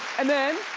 and then,